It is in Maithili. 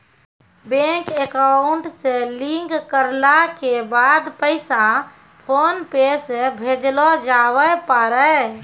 बैंक अकाउंट से लिंक करला के बाद पैसा फोनपे से भेजलो जावै पारै